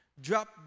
Drop